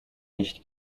nicht